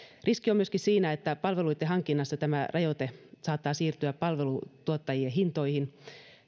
riski on myöskin siinä että palveluitten hankinnassa tämä rajoite saattaa siirtyä palvelutuottajien hintoihin